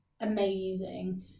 amazing